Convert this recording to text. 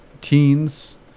teens